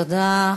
תודה.